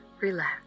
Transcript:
relax